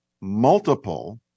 multiple